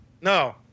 No